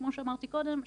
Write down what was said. כמו שאמרתי קודם,